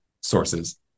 sources